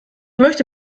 möchte